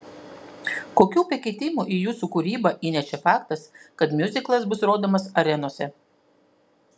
kokių pakeitimų į jūsų kūrybą įnešė faktas kad miuziklas bus rodomas arenose